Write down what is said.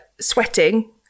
sweating